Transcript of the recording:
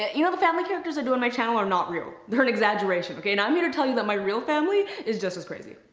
ah you know the family characters i do on my channel are not real. they're an exaggeration okay, now i'm gonna tell you that my real family is just as crazy.